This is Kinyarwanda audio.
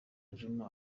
djuma